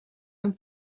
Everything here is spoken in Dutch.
een